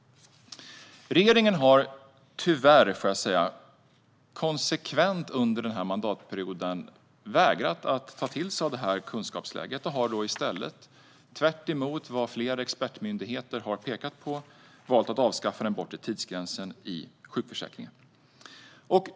Under mandatperioden har regeringen tyvärr konsekvent vägrat att ta till sig detta kunskapsläge. Man har i stället, tvärtemot vad flera expertmyndigheter har pekat på, valt att avskaffa den bortre tidsgränsen i sjukförsäkringen.